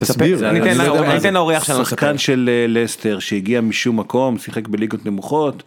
תסביר שחקן של לסטר שהגיע משום מקום שיחק בליגות נמוכות.